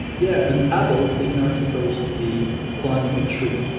yeah. an adult is not supposed to be climbing a tree.